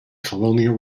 colonial